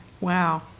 wow